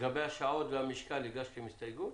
לגבי השעות והמשקל הגשתם הסתייגות?